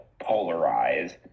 polarized